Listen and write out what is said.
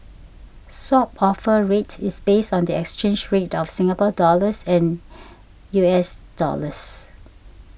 Swap Offer Rate is based on the exchange rate of Singapore dollars with U S dollars